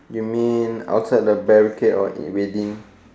you mean outside the barricade or within